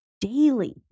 daily